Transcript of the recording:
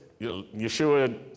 Yeshua